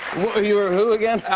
you were who again?